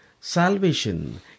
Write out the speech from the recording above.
salvation